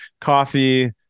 coffee